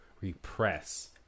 repress